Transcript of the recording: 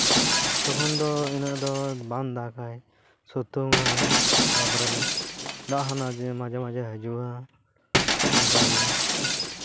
ᱛᱚᱠᱷᱚᱱ ᱫᱚ ᱩᱱᱟᱹᱜ ᱫᱚ ᱵᱟᱝ ᱫᱟᱜᱟᱭ ᱥᱤᱛᱩᱝ ᱟᱭ ᱛᱟᱨᱯᱚᱨᱮ ᱫᱟᱜ ᱦᱚᱸ ᱡᱮ ᱢᱟᱡᱷᱮ ᱢᱟᱡᱷᱮ ᱦᱤᱡᱩᱜᱼᱟ ᱚᱱᱠᱟ ᱜᱮ